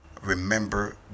remember